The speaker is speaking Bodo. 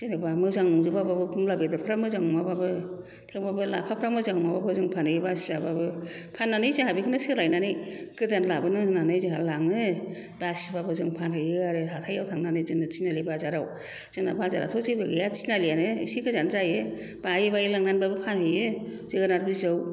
जेनोबा मोजां नंजोबाबाबो मुला बेदरफ्रा मोजां नङाबाबो थेवबाबो लाफाफ्रा मोजां नङाबाबो जों फानहैयो बासिजाबाबो फाननानै जोंहा बेखौनो सोलायनानै गोदान लाबोनो होननानै जोंहा लाङो बासिबाबो जों फानहैयो आरो हाथाइयाव थांनानै जोंनि थिनालि बाजाराव जोंना बाजाराथ' जेबो गैयै थिनालि आनो एसे गोजान जायो बायै बायै लांनानै फानहैयो जोगोनार बिजौ